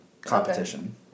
competition